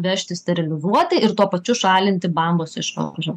vežti sterilizuoti ir tuo pačiu šalinti bambos išvaržą